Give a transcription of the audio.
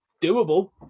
Doable